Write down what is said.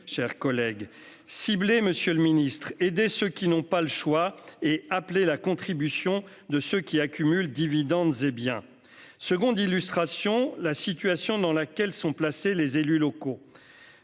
cher collègue ... Ciblez, monsieur le ministre, aidez ceux qui n'ont pas le choix et appelez la contribution de ceux qui accumulent dividendes et biens. Comme seconde illustration, je prendrai la situation dans laquelle sont placés les élus locaux.